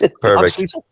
Perfect